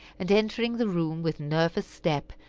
and entering the room with nervous step,